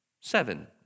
Seven